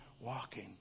walking